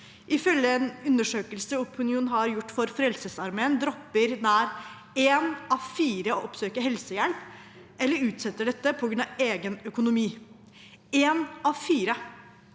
Ifølge en undersøkelse Opinion har gjort for Frelsesarmeen, dropper nær én av fire å oppsøke helsehjelp, eller utsetter dette, på grunn av egen økonomi. Én av